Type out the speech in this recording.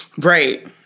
Right